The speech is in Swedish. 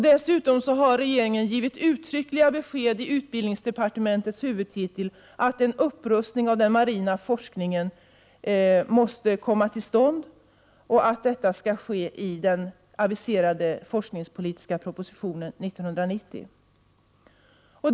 Dessutom har regeringen i utbildningsdepartementets huvudtitel givit uttryckligt besked om att en upprustning av den marina forskningen måste komma till stånd — och att detta skall ske i enlighet med den aviserade forskningspolitiska propositionen 1990.